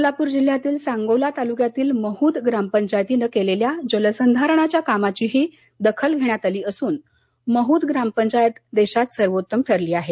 सोलापूर जिल्ह्यातील सांगोला तालुक्यातील महूद ग्रामपंचायतीनं केलेल्या जलसंधारणाच्या कामाचीही दखल घेण्यात आली असून महृद ग्रामपंचायत देशात सर्वोत्तम ठरली आहे